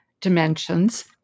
dimensions